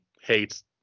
hates